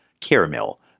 Caramel